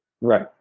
Right